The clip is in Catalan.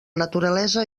naturalesa